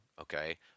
Okay